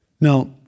Now